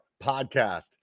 podcast